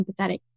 empathetic